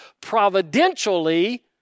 providentially